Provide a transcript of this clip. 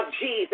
Jesus